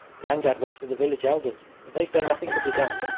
grandad went to the village elders, but they say nothing can be done